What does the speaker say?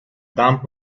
dumb